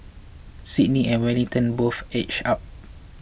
Sydney and Wellington both edged up